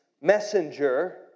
messenger